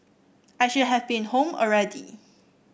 I should have been home already